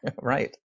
Right